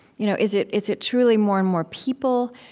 you know is it is it truly more and more people?